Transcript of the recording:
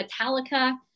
Metallica